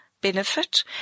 benefit